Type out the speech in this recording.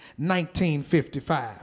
1955